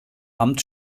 amt